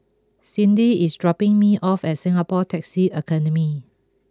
Cindy is dropping me off at Singapore Taxi Academy